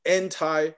anti